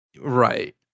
right